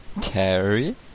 Terry